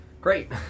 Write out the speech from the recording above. Great